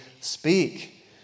speak